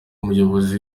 umuyobozi